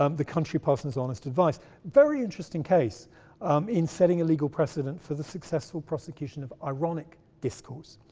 um the country parson's honest advice very interesting case um in setting a legal precedent for the successful prosecution of ironic discourse.